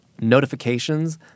notifications